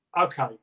okay